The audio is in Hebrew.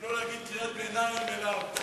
ולא להגיב בקריאות ביניים אליו.